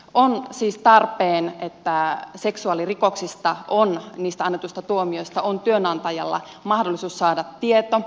on siis tarpeen että työnantajalla on mahdollisuus saada tieto seksuaalirikoksista annetuista tuomioista